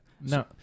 No